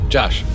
Josh